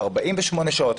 48 שעות,